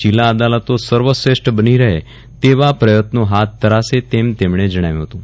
જિલ્લા અદાલતો સર્વશ્રેષ્ઠ બની રહે તેવા પ્રયત્નો હાથ ધરાશે તેમ તેમણે જણાવ્યું હતું